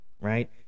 right